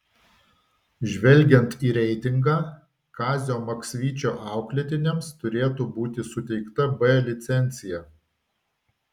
žvelgiant į reitingą kazio maksvyčio auklėtiniams turėtų būti suteikta b licencija